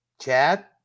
Chad